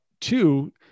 two